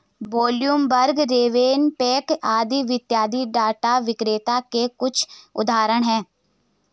Bloomberg, RavenPack आदि वित्तीय data विक्रेता के कुछ उदाहरण हैं